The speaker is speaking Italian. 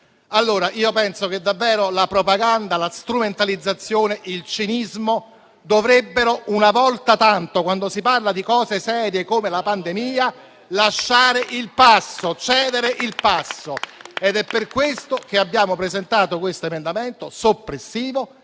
pandemia. Io penso che davvero la propaganda, la strumentalizzazione e il cinismo dovrebbero una volta tanto, quando si parla di cose serie come una pandemia, lasciare il passo, cedere il passo. È per questo che abbiamo presentato questo emendamento soppressivo,